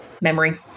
Memory